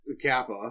Kappa